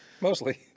Mostly